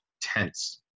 tense